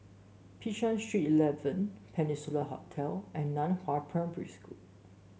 Bishan Street Eleven Peninsula Hotel and Nan Hua Primary School